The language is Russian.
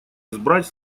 избрать